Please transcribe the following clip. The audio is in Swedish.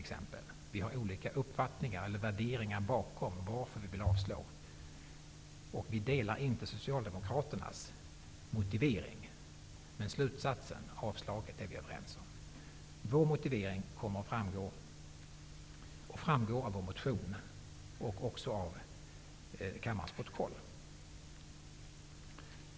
Det finns olika uppfattningar eller värderingar bakom varför vi vill avslå propositionen. Vi i Ny demokrati delar inte Socialdemokraternas motivering, men slutsatsen, dvs. avslaget, är vi överens om. Vår motivering kommer att framgå av vår motion och även av kammarens protokoll.